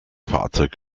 fahrzeug